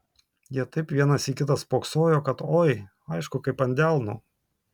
jie taip vienas į kitą spoksojo kad oi aišku kaip ant delno